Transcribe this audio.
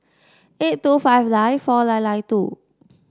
eight two five nine four nine nine two